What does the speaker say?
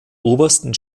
obersten